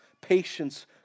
patience